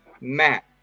Matt